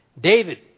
David